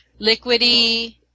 liquidy